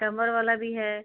कमर वाला भी है